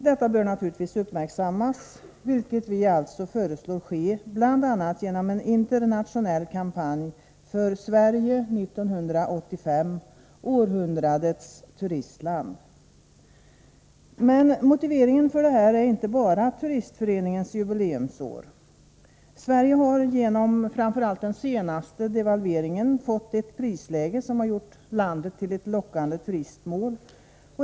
Detta bör naturligtvis uppmärksammas, vilket vi alltså föreslår ske bl.a. genom en internationell kampanj för Sverige 1985 — århundradets turistland. Men motiveringen är inte bara turistföreningens jubileumsår. Sverige har, framför allt genom den senaste devalveringen, fått ett prisläge som gjort landet till ett lockande turistmål.